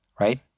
right